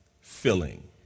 filling